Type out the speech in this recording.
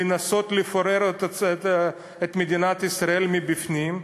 לנסות לפורר את מדינת ישראל מבפנים,